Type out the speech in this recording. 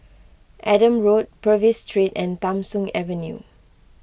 Adam Road Purvis Street and Tham Soong Avenue